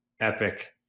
Epic